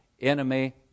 enemy